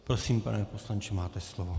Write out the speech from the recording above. Prosím, pane poslanče, máte slovo.